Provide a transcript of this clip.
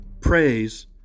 praise